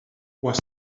was